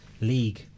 league